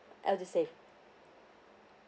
edusave